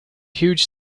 huge